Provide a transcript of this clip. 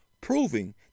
proving